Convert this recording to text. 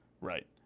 right